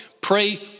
Pray